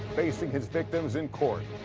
facing his victims in court.